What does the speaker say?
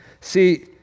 see